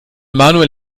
manuel